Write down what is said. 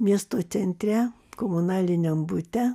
miesto centre komunaliniam bute